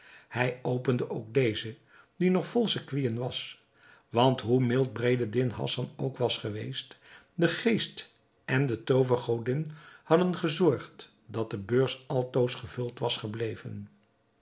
hij opende ook deze die nog vol sequinen was want hoe mild bedreddin hassan ook was geweest de geest en de toovergodin hadden gezorgd dat de beurs altoos gevuld was gebleven